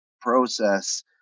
process